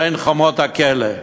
בין חומות הכלא.